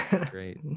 Great